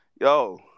Yo